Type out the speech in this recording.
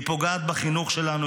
היא פוגעת בחינוך שלנו,